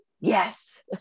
Yes